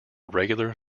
regular